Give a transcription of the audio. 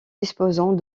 disposant